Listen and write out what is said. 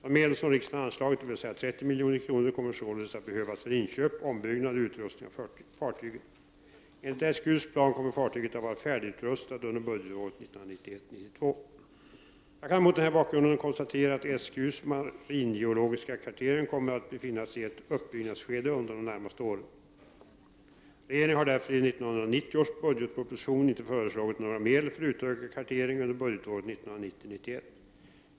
De medel som riksdagen anslagit, dvs. 30 milj.kr., kommer således att behövas för inköp, ombyggnad och utrustning av fartyget. Enligt SGU:s plan kommer fartyget att vara färdigutrustat under budgetåret 1991 91.